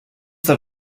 that